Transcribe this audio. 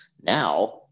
Now